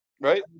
Right